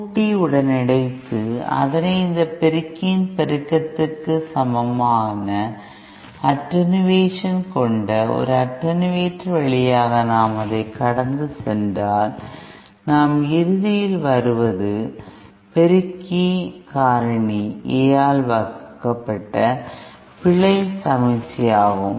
கூட்டி உடன் இணைத்து அதனை இந்த பெருக்கியின் பெருக்கத்திற்கு சமமான அட்டென்யூவேஷன் கொண்ட ஒரு அட்டென்யூட்டர் வழியாக நாம் அதைக் கடந்து சென்றால் நாம் இறுதியில் இங்கு வருவது பெருக்கி காரணி A ஆல் வகுக்கப்பட்ட பிழை சமிக்ஞையாகும்